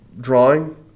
drawing